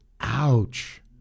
Ouch